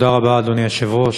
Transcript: אדוני היושב-ראש,